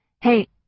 Hey